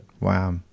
Wow